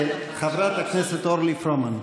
חברת הכנסת אורלי פרומן.